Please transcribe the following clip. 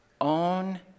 own